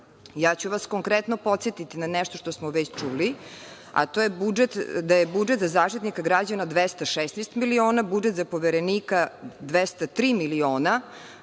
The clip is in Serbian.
ću vas konkretno podsetiti na nešto što smo već čuli, a to da je budžet za Zaštitnika građana 216 miliona, budžet za poverenika 203 miliona,